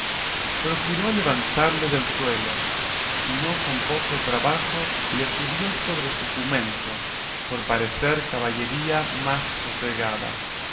procuró levantarle del suelo y no con poco trabajo le subió sobre su jumento por parecer caballería más sosegada